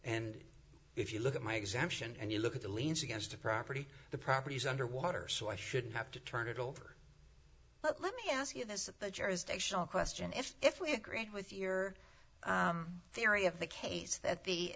and if you look at my exemption and you look at the liens against the property the properties underwater so i shouldn't have to turn it over but let me ask you this jurisdiction question if if we agreed with your theory of the case that the